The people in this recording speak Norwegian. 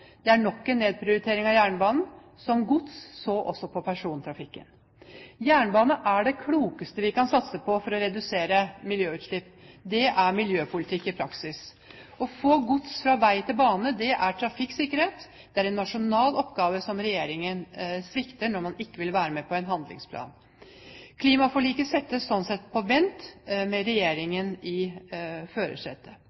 Det er nok en nedprioritering av jernbanen – av gods så vel som av persontrafikken. Jernbane er det klokeste vi kan satse på for å redusere miljøutslipp. Det er miljøpolitikk i praksis. Å få gods fra vei til bane er trafikksikkerhet. Det er en nasjonal oppgave regjeringen svikter når man ikke vil være med på en handlingsplan. Klimaforliket settes sånn sett på vent med